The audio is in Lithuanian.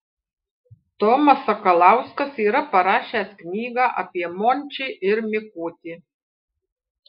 tomas sakalauskas yra parašęs knygą apie mončį ir mikutį